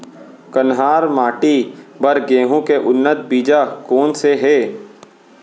कन्हार माटी बर गेहूँ के उन्नत बीजा कोन से हे?